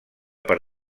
per